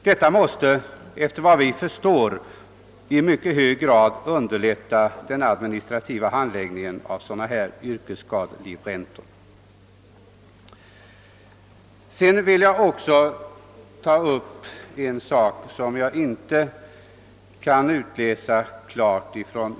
Detta måste efter vad vi förstår i mycket hög grad underlätta den administrativa handläggningen av yrkesskadelivräntor. Jag vill också ta upp en sak som jag inte klart kan utläsa av utskottets skrivning.